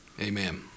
Amen